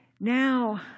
Now